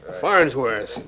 Farnsworth